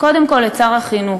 קודם כול את שר החינוך,